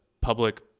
public